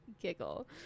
giggle